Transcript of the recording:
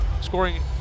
scoring